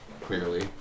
clearly